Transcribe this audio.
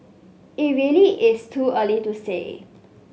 it really is too early to say